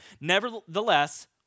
Nevertheless